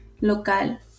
local